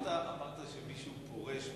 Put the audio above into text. אמרת שמי שהוא פורש באופיו,